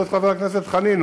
תשאלו את חבר הכנסת חנין,